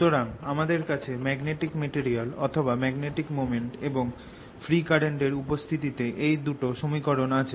সুতিরাং আমাদের কাছে magnetic material অথবা ম্যাগনেটিক মোমেন্ট এবং ফ্রী কারেন্ট এর উপস্থিতিতে এই দুটি সমীকরণ আছে